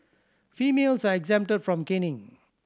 females are exempted from caning